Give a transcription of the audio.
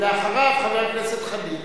ואחריו, חבר הכנסת חנין.